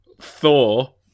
Thor